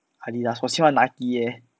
Adidas 我喜欢 Nike leh